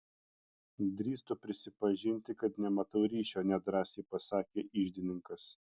drįstu prisipažinti kad nematau ryšio nedrąsiai pasakė iždininkas